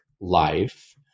life